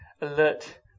alert